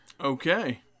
okay